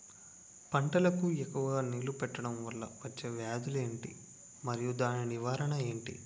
పంటలకు ఎక్కువుగా నీళ్లను పెట్టడం వలన వచ్చే వ్యాధులు ఏంటి? మరియు దాని నివారణ ఏంటి?